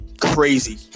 crazy